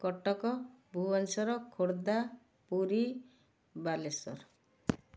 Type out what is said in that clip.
Cuttack Bhubaneswar Khordha Puri Balasore